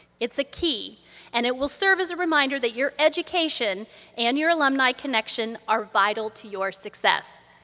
it's a key and it will serve as a reminder that your education and your alumni connection are vital to your success.